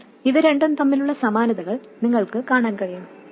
ഇപ്പോൾ ഇവ രണ്ടും തമ്മിലുള്ള സമാനതകൾ നിങ്ങൾക്ക് കാണാൻ കഴിയും